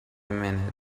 minute